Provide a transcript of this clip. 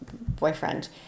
boyfriend